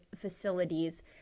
facilities